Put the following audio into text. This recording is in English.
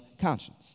conscience